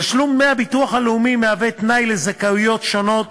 תשלום דמי הביטוח הלאומי הוא תנאי לזכאויות שונות,